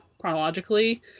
chronologically